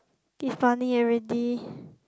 give money already